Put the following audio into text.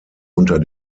unter